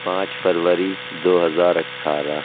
پانچ فروری دو ہزار اٹھارہ